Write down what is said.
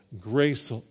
grace